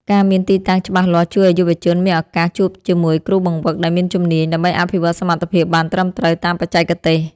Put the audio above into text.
ការមានទីតាំងច្បាស់លាស់ជួយឱ្យយុវជនមានឱកាសជួបជាមួយគ្រូបង្វឹកដែលមានជំនាញ ដើម្បីអភិវឌ្ឍសមត្ថភាពបានត្រឹមត្រូវតាមបច្ចេកទេស។